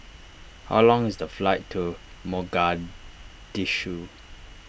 how long is the flight to Mogadishu